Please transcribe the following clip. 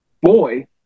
boy